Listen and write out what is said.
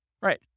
Right